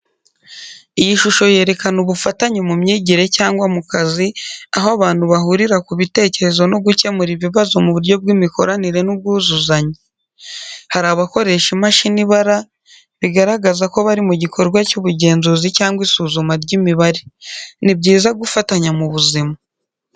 Iyi shusho yerekana ubufatanye mu myigire cyangwa mu kazi, aho abantu bahurira ku bitekerezo no gukemura ibibazo mu buryo bw’imikoranire n’ubwuzuzanye. Hari abakoresha imashini ibara, bigaragaza ko bari mu gikorwa cy’ubugenzuzi cyangwa isuzuma ry’imibare. Ni byiza gufatanya mu buzima.